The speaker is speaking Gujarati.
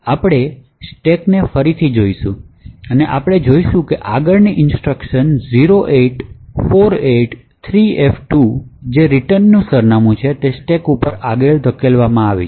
આપણે સ્ટેકને ફરીથી જોશું અને આપણે જોશું કે આગળની ઇન્સટ્રક્શન 08483f2 જે રીટર્ન સરનામું છે તે સ્ટેક પર આગળ ધકેલવામાં આવે છે